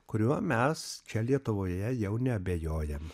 kuriuo mes čia lietuvoje jau neabejojam